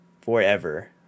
forever